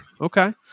Okay